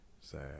Sad